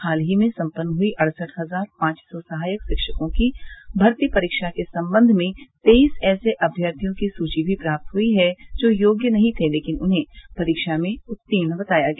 हाल ही में सम्पन्न हुई अड़सठ हजार पांच सौ सहायक शिक्षकों की भर्ती परीक्षा के संबंध में तेईस ऐसे अम्यर्थियों की सूची भी प्राप्त हुई जो योग्य नहीं थे लेकिन उन्हें परीक्षा में उत्तीर्ण बताया गया